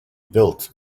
built